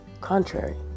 contrary